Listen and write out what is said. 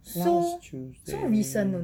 last tuesday